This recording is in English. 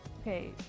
okay